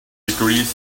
degrees